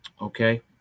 okay